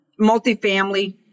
multifamily